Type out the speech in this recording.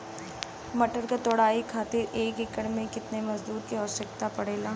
मटर क तोड़ाई खातीर एक एकड़ में कितना मजदूर क आवश्यकता पड़ेला?